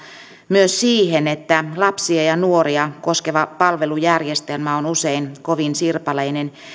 myös siihen että lapsia ja nuoria koskeva palvelujärjestelmä on usein kovin sirpaleinen